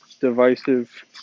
divisive